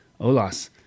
Olas